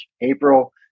April